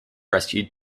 rescued